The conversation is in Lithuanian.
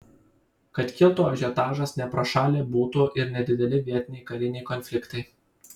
kad kiltų ažiotažas ne pro šalį būtų ir nedideli vietiniai kariniai konfliktai